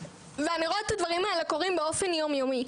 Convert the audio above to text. ואני רואה את הדברים האלה קורים באופן יום יומי.